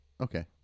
Okay